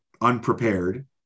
unprepared